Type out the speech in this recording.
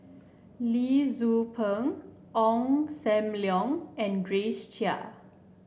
Lee Tzu Pheng Ong Sam Leong and Grace Chia